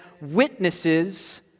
witnesses